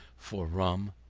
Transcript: for rum,